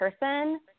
person